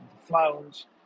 flowers